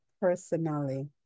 personally